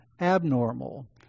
abnormal